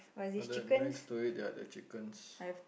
ah then next to it there are the chickens